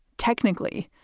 technically,